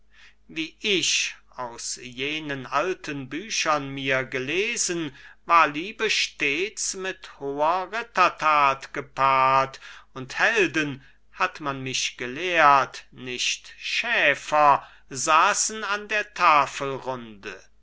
wie ich aus jenen alten büchern mir gelesen war liebe stets mit hoher rittertat gepaart und helden hat man mich gelehrt nicht schäfer saßen an der tafelrunde